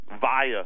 via